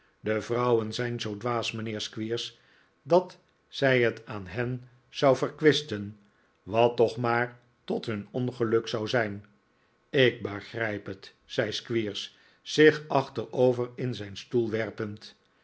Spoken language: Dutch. de vrouwen zijn zoo dwaas mijnheer squeers dat zij t aan hen zou verkwisten wat toch maar tot hun ongeluk zou zijn ik begrijp het zei squeers zich achterover in zijn stoel werpend